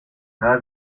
cada